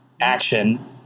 action